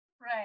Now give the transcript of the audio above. right